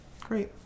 great